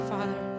Father